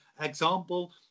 example